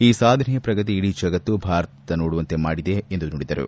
ಈ ಸಾಧನೆಯ ಪ್ರಗತಿ ಇಡೀ ಜಗತ್ತು ಭಾರತದತ್ತ ನೋಡುವಂತೆ ಮಾಡಿದೆ ಎಂದು ನುಡಿದರು